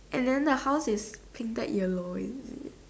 and then the house is printed yellow is it